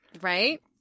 Right